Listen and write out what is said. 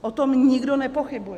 O tom nikdo nepochybuje.